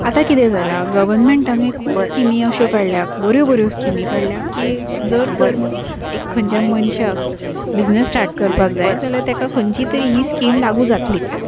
आतां कितें जालां गवर्मेंटानूय खूब स्किमी अश्यो काडल्या बऱ्यो बऱ्यो स्किमी काडल्या की जर तर एक खंयच्या मनशाक बिझनस स्टार्ट करपाक जाय जाल्यार तेका खंयची तरी ही स्कीम लागू जातलीच